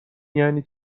یعنی